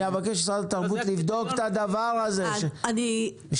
אני אבקש ממשרד התרבות לבדוק את הדבר הזה.